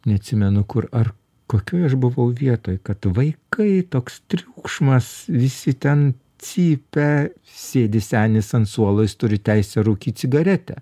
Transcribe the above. neatsimenu kur ar kokioj aš buvau vietoj kad vaikai toks triukšmas visi ten cypia sėdi senis ant suolojis turi teisę rūkyt cigaretę